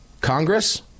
Congress